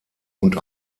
und